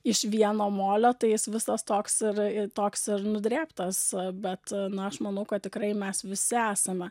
iš vieno molio tai jis visas toks ir toks ir nudrėbtas bet na aš manau kad tikrai mes visi esame